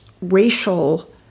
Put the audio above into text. racial